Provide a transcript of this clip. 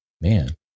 man